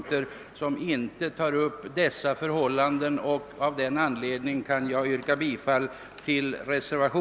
Av den anledningen har jag kunnat ansluta mig till den, och jag yrkar, herr talman, bifall till densamma.